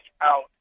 out